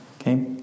okay